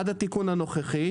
עד התיקון הנוכחי,